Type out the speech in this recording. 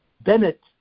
Bennett